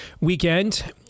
weekend